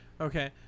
Okay